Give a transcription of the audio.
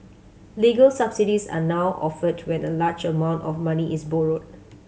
legal subsidies are now offered when a large amount of money is borrowed